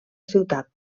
ciutat